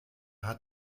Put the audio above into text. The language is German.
hat